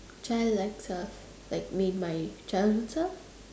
child likes uh like mean my childhood stuff